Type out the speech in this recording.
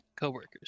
coworkers